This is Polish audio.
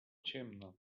ciemna